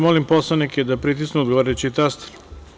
Molim poslanike da pritisnu odgovarajući taster.